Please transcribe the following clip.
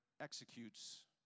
executes